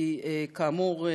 כאמור,